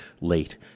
late